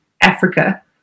Africa